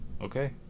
Okay